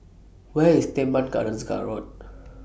Where IS Teban Gardens Road